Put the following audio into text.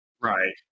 right